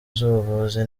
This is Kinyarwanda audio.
z’ubuvuzi